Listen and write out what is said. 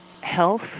health